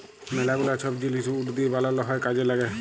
ম্যালা গুলা ছব জিলিস উড দিঁয়ে বালাল হ্যয় কাজে ল্যাগে